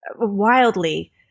wildly